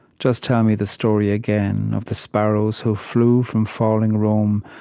just tell me the story again, of the sparrows who flew from falling rome,